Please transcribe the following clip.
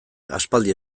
aspaldi